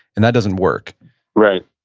and that doesn't work right,